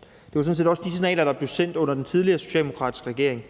Det var sådan set også de signaler, der blev sendt under den tidligere socialdemokratiske regering